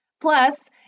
Plus